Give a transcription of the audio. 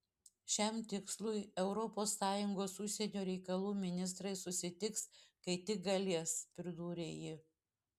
šiam tikslui europos sąjungos užsienio reikalų ministrai susitiks kai tik galės pridūrė ji